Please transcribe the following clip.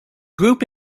group